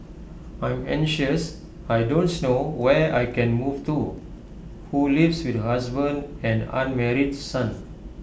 I'm anxious I don't know where I can move to who lives with her husband and unmarried son